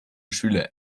schüler